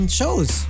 shows